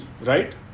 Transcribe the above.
right